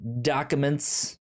documents